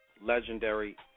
legendary